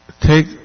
take